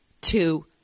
Two